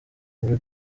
muri